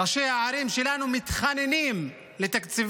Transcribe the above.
ראשי הערים שלנו מתחננים לתקציבים,